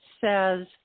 says